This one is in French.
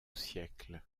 siècle